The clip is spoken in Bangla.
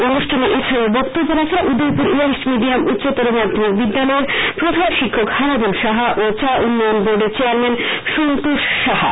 অনুষ্ঠানে এছাড়াও বক্তব্য রাখেন উদয়পুর ইংলিশ মিডিয়াম উষ্চতর মাধ্যমিক বিদ্যালয়ের প্রধান শিক্ষক হারাধন সাহা ও চা উন্নয়ন বোর্ডের চেয়ারম্যান সন্তোষ সাহা